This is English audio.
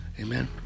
Amen